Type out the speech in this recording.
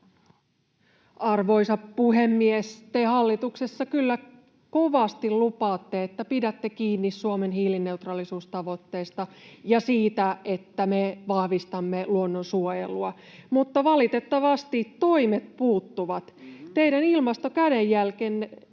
Arvoisa puhemies! Te hallituksessa kyllä kovasti lupaatte, että pidätte kiinni Suomen hiilineutraalisuustavoitteista ja siitä, että me vahvistamme luonnonsuojelua, mutta valitettavasti toimet puuttuvat. Teidän ilmastokädenjälkenne